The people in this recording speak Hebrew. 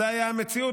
זאת הייתה המציאות,